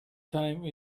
time